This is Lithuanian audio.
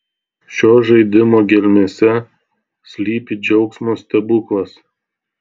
šio žaidimo gelmėse slypi džiaugsmo stebuklas